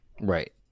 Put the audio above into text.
Right